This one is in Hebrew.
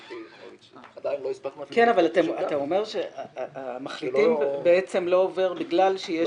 אתה אומר שהמחליטים בעצם לא עובר בגלל שיש מחלוקת.